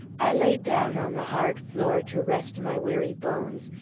i laid down on the hard floor to rest my weary bones,